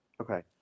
Okay